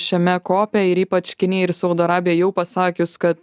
šiame kope ir ypač kinija ir saudo arabija jau pasakius kad